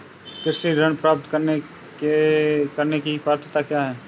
कृषि ऋण प्राप्त करने की पात्रता क्या है?